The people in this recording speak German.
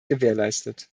gewährleistet